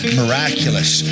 miraculous